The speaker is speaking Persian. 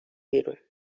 بیرون